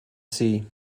see